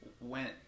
went